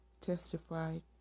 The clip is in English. testified